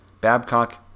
Babcock